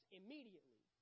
immediately